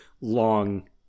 long